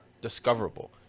discoverable